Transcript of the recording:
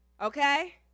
okay